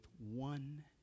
one